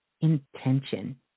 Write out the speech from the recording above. intention